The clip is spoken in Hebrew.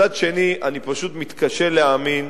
מצד שני, אני פשוט מתקשה להאמין